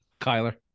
Kyler